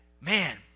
man